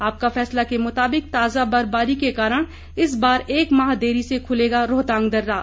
आपका फैसला के मुताबिक ताजा बर्फबारी के कारण इस बार एक माह देरी से खुलेगा रोहतांग दर्रा